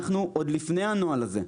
אנחנו עוד לפני הנוהל הזה,